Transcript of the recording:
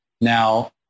Now